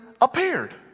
appeared